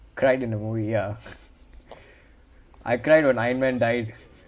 cried in a movie ya I cried when ironman died